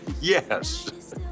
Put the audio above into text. Yes